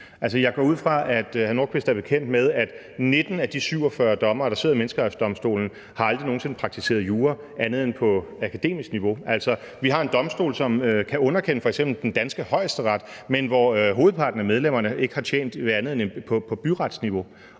Jeg går ud fra, at hr. Rasmus Nordqvist er bekendt med, at 19 af de 47 dommere, der sidder i Menneskerettighedsdomstolen, aldrig nogen sinde har praktiseret jura andet end på akademisk niveau. Altså, vi har en domstol, som kan underkende f.eks. den danske Højesteret, men hvor hovedparten af medlemmerne ikke har tjent på andet end byretsniveau.